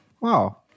wow